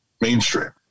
mainstream